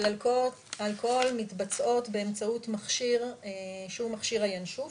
אלכוהול ומתבצעות באמצעות מכשיר הינשוף,